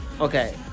okay